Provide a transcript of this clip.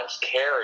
carry